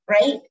right